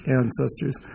ancestors